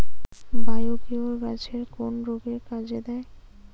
Biocure গাছের কোন রোগে কাজেদেয়?